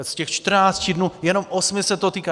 Z těch 14 dnů jenom osmi se to týká.